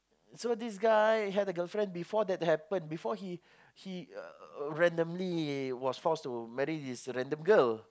so this guy had a girlfriend before that happen before he he randomly was forced to marry this random girl